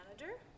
manager